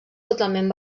totalment